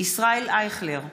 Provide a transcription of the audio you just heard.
ישראל אייכלר,